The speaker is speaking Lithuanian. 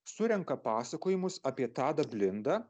surenka pasakojimus apie tadą blindą